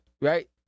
right